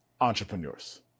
entrepreneurs